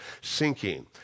sinking